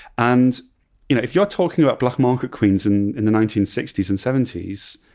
and if you're talking about black market queens and in the nineteen sixty s and seventy s,